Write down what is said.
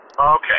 Okay